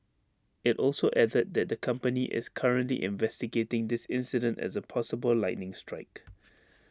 IT also added that the company is currently investigating this incident as A possible lightning strike